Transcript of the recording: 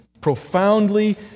profoundly